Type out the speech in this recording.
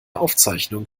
aufzeichnung